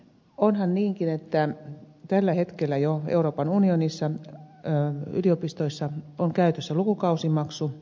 onhan niinkin että tällä hetkellä jo euroopan unionissa yliopistoissa on käytössä lukukausimaksu